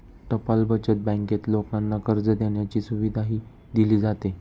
टपाल बचत बँकेत लोकांना कर्ज देण्याची सुविधाही दिली जाते